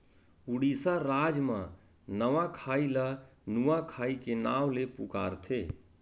उड़ीसा राज म नवाखाई ल नुआखाई के नाव ले पुकारथे